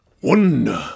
One